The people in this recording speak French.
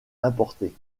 importé